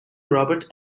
robert